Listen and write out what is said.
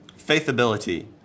Faithability